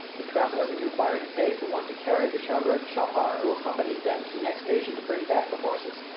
the traveller is required to pay for one to carry the shagird-chapar who accompanies them to the next station to bring back the horses.